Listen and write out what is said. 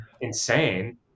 insane